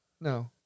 No